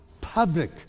public